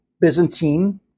Byzantine